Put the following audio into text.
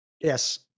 Yes